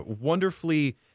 wonderfully